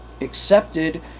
accepted